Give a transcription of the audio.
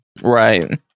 Right